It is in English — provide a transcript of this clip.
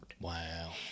Wow